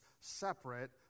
separate